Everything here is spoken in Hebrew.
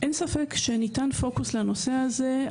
אין ספק שניתן פוקוס לנושא הזה.